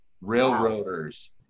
railroaders